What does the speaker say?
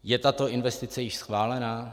Je tato investice již schválena?